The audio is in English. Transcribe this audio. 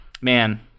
Man